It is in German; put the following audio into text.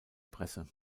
presse